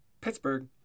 Pittsburgh